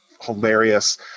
hilarious